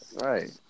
Right